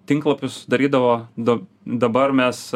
tinklapius sudarydavo du dabar mes